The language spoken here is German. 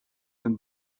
dem